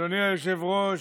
אדוני היושב-ראש,